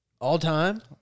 All-time